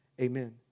Amen